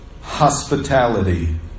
hospitality